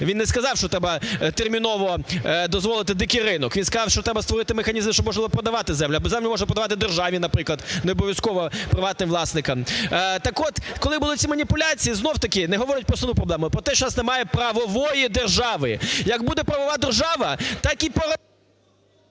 він не сказав, що треба терміново дозволити дикий ринок, він сказав, що треба створити механізми, щоб можна було продавати землю, а землю можна продавати державі, наприклад, необов'язково приватним власникам. Так от, коли були ці маніпуляції знов-таки, не говорять про основну проблему – про те, що у нас немає правової держави. Як буде правова держава, так і… Веде